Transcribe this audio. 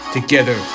Together